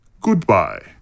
Goodbye